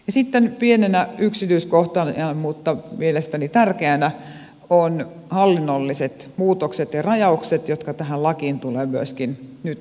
sitten pienenä yksityiskohtana mutta mielestäni tärkeänä ovat hallinnolliset muutokset ja rajaukset jotka tähän lakiin tulevat myöskin nyt unionin kautta